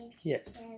Yes